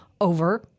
over